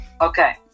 Okay